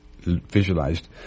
visualized